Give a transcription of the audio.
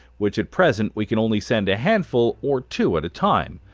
which at present we can only send a handful or two at a time,